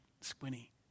squinty